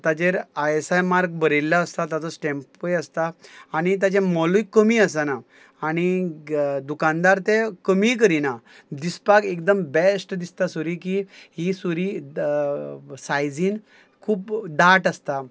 ताचेर I S I mark बरयल्लो आसता ताचो स्टॅम्पूय आसता आनी ताचें मोलूय कमी आसना आनी दुकानदार तें कमीय करिना दिसपाक एकदम बेस्ट दिसता सुरी की ही सुरी सायजीन खूब धाट आसता